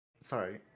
sorry